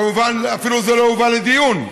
כמובן, זה אפילו לא הובא לדיון.